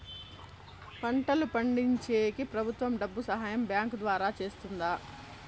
పంటలు పండించేకి ప్రభుత్వం డబ్బు సహాయం బ్యాంకు ద్వారా చేస్తుందా?